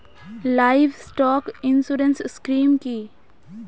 Livestock insurance scheme কি?